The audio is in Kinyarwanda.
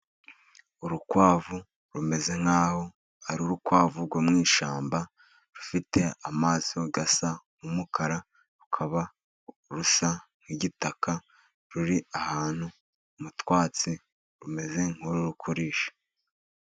Urukwavu rumeze nk'aho ari urukwavu rwo mu ishyamba, rufite amaso asa umukara, rukaba rusa nk'igitaka, ruri ahantu mu twatsi, rumeze nk'aho ruri kurisha.